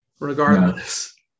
regardless